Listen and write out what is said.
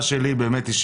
מי שמקבלים את הדיווח,